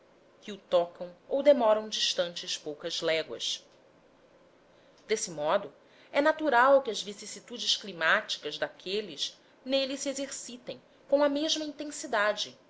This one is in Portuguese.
que o tocam ou demoram distantes poucas léguas desse modo é natural que as vicissitudes climáticas daqueles nele se exercitem com a mesma intensidade